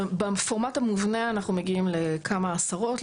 בפורמט המובנה אנחנו מגיעים לכמה עשרות,